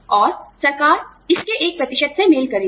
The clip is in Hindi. और सरकार इसके एक प्रतिशत से मेल करेगी